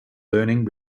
learning